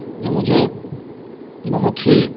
جی مجھے بہت ہی